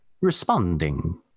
responding